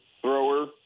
thrower